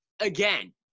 again